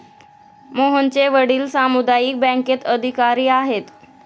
मोहनचे वडील सामुदायिक बँकेत अधिकारी आहेत